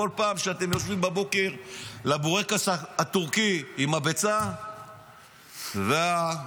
בכל פעם שאתם יושבים בבוקר על הבורקס הטורקי עם הביצה ועם המלפפון,